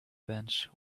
bench